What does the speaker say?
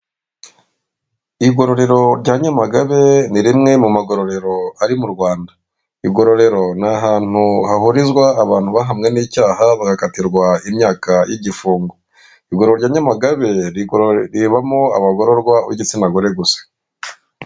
Igororero rya Nyamagabe ni rimwe mu magororero ari mu Rwanda. Igororero ni ahantu hahurizwa abantu bahamwe n'icyaha bagakatirwa imyaka y'igifungo. Igororero rya Nyamagabe ribamo abagororwa b'igitsina gore gusa.